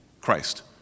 Christ